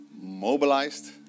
mobilized